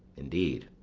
indeed,